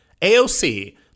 AOC